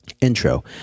Intro